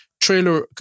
trailer